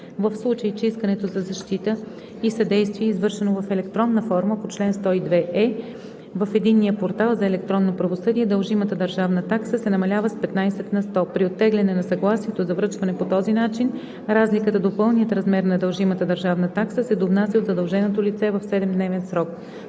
В случай че искането за защита и съдействие е извършено в електронна форма по чл. 102е в единния портал за електронно правосъдие, дължимата държавна такса се намалява с 15 на сто. При оттегляне на съгласието за връчване по този начин, разликата до пълния размер на дължимата държавна такса се довнася от задълженото лице в 7-дневен срок.“